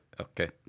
Okay